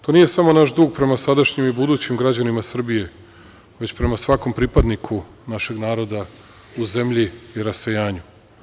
To nije samo naš dug prema sadašnjim i budućim građanima Srbije, već prema svakom pripadniku našeg naroda u zemlji i rasejanju.